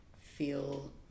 feel